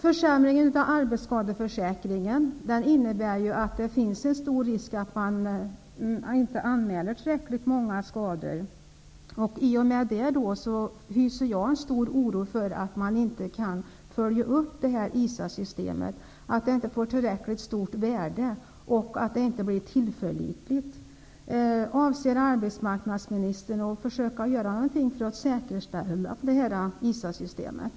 Försämringen av arbetsskadeförsäkringen innebär att det finns en stor risk för att man inte anmäler tillräckligt många skador. I och med det hyser jag en stor oro för att man inte kan följa upp ISA systemet, att det inte får tillräckligt stort värde och att det inte blir tillförlitligt. Avser arbetsmarknadsministern att försöka göra något för att säkerställa ISA-systemet?